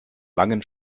langen